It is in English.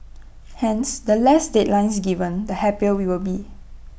hence the less deadlines given the happier we will be